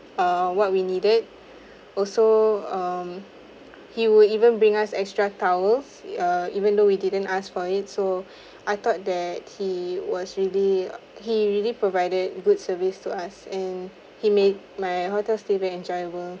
uh what we needed also um he would even bring us extra towels uh even though we didn't ask for it so I thought that he was really he really provided good service to us and he made my hotel stay very enjoyable